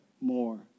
more